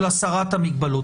של הסרת המגבלות.